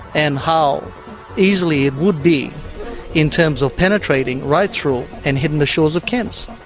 and how easily it would be in terms of penetrating right through and hitting the shores of cairns.